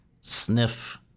sniff